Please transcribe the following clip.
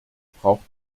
braucht